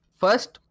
first